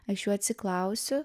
aš jų atsiklausiu